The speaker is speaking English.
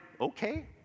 Okay